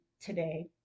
today